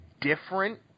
different